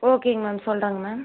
ஓகேங்க மேம் சொல்கிறேங்க மேம்